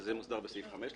שזה מוסדר בסעיף 5 לפקודה,